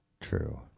True